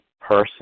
person